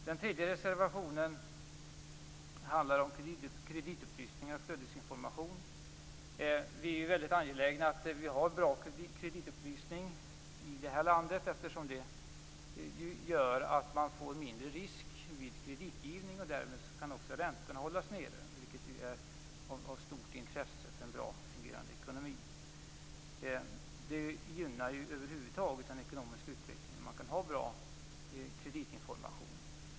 Den tredje reservationen handlar om kreditupplysningar och flödesinformation. Vi är väldigt angelägna om att det skall lämnas god kreditupplysning i vårt land, eftersom det gör att man får mindre risk vid kreditgivning. Därmed kan också räntorna hållas nere, vilket ju är av stort intresse för en väl fungerande ekonomi. Bra kreditinformation gynnar över huvud taget den ekonomiska utvecklingen.